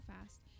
fast